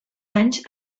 anys